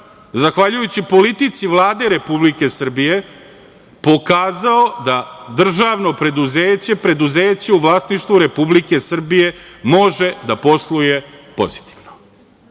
zahvaljujući politici Vlade Republike Srbije, „Pro Tent“ je pokazao da državno preduzeće, preduzeće u vlasništvu Republike Srbije može da posluje pozitivno,